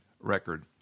record